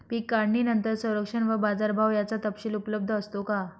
पीक काढणीनंतर संरक्षण व बाजारभाव याचा तपशील उपलब्ध असतो का?